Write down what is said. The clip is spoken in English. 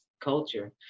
culture